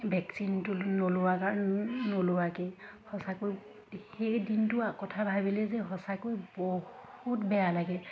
ভেকচিনটো নোলোৱাৰ কাৰণ নুলোৱাকৈয়ে সঁচাকৈ সেই দিনটো কথা ভাবিলে যে সঁচাকৈ বহুত বেয়া লাগে